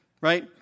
right